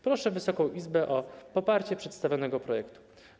Proszę Wysoką Izbę o poparcie przedstawionego projektu.